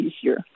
easier